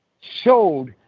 showed